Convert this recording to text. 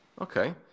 Okay